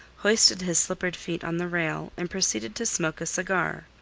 hoisted his slippered feet on the rail, and proceeded to smoke a cigar.